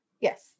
Yes